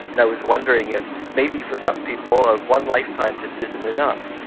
and i was wondering if maybe for some people ah one lifetime just isn't enough,